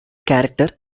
character